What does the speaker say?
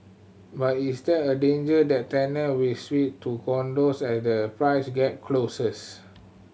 but is there a danger that tenant will switch to condos as the price gap closes